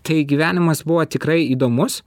tai gyvenimas buvo tikrai įdomus